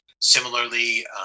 Similarly